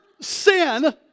sin